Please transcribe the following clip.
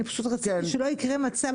אני פשוט רציתי שלא יקרה מצב,